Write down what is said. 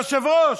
זה היושב-ראש.